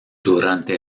durante